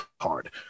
hard